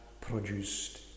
produced